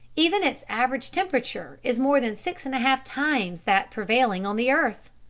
even its average temperature is more than six and a half times that prevailing on the earth!